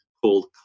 called